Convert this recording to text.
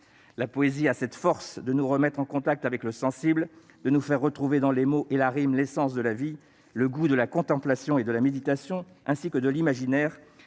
La poésie a cette force de nous remettre en contact avec le sensible, de nous faire retrouver dans les mots et la rime l'essence de la vie, le goût de la contemplation, de la méditation et de l'imaginaire,